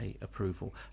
approval